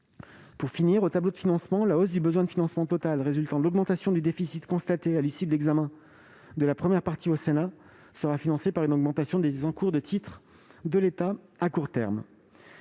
Enfin, au tableau de financement, la hausse du besoin de financement total résultant de l'augmentation du déficit, constatée à l'issue de l'examen au Sénat de la première partie du projet de loi de loi de finances, sera financée par une augmentation des encours de titres de l'État à court terme.